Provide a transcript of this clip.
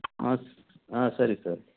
ஆ ஆ சரி சார்